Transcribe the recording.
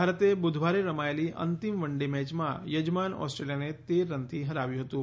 ભારતે બુધવારે રમાયેલી અંતિમ વન ડે મેચમાં યજમાન ઓસ્ટ્રેલિયાને તેર રનથી હરાવ્યું હતું